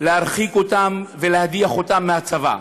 להרחיק אותם ולהדיח אותם מהצבא.